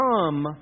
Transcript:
come